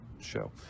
show